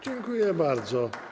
Dziękuję bardzo.